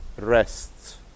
rests